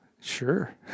Sure